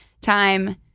time